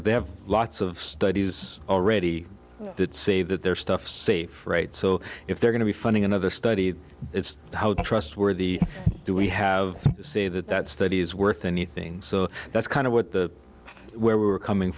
and they have lots of studies already did say that their stuff safe right so if they're going to be funding another study it's how trustworthy do we have to say that that study is worth anything so that's kind of what the where we're coming